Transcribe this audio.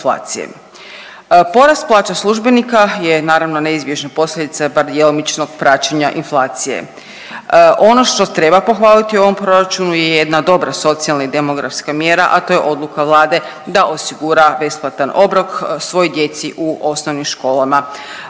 Porast plaće službenika je naravno neizbježna posljedica bar djelomičnog praćenja inflacije. Ono što treba pohvaliti u ovom proračunu je jedna dobra socijalna i demografska mjera, a to je odluka Vlade da osigura besplatan obrok svoj djeci u osnovnim školama.